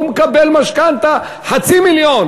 והוא מקבל משכנתה חצי מיליון